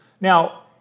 Now